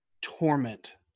torment